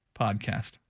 Podcast